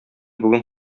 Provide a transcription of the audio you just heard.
бүген